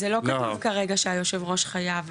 זה לא כתוב כרגע שיושב הראש חייב להיות.